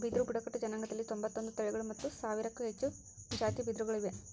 ಬಿದಿರು ಬುಡಕಟ್ಟು ಜನಾಂಗದಲ್ಲಿ ತೊಂಬತ್ತೊಂದು ತಳಿಗಳು ಮತ್ತು ಸಾವಿರಕ್ಕೂ ಹೆಚ್ಚು ಜಾತಿ ಬಿದಿರುಗಳು ಇವೆ